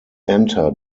entered